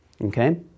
Okay